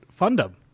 fundum